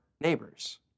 neighbors